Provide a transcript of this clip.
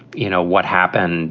you know, what happened